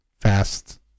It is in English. Fast